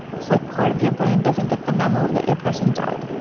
it's like part of your brain doesn't get the memo that your person died